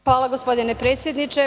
Hvala, gospodine predsedniče.